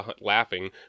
laughing